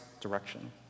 direction